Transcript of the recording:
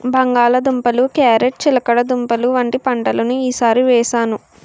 బంగాళ దుంపలు, క్యారేట్ చిలకడదుంపలు వంటి పంటలను ఈ సారి వేసాను